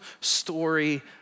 story